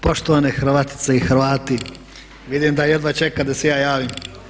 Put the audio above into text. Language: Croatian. Poštovane Hrvatice i Hrvati, vidim da jedva čeka da se ja javim.